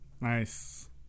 nice